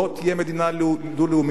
לא תהיה מדינה דו-לאומית,